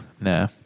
Nah